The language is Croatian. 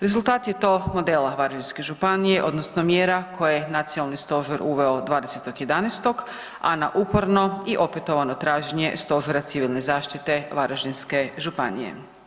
Rezultat je to modela Varaždinske županije odnosno mjera koje je nacionalni stožer uveo 20.11., a na uporno i opetovano traženje Stožera civilne zaštite Varaždinske županije.